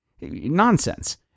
Nonsense